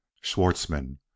schwartzmann